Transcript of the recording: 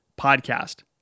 podcast